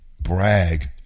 brag